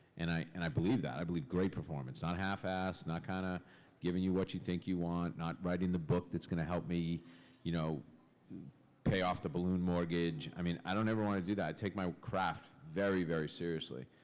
and i and i believe that. i believe great performance. not half-assed, not kinda giving you what you think you want, not writing the book that's gonna help me you know pay off the balloon mortgage. i mean i don't ever wanna do that. i take my craft very, very seriously.